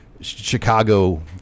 Chicago